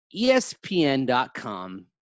ESPN.com